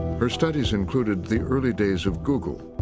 her studies included the early days of google,